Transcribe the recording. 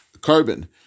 carbon